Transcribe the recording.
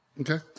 Okay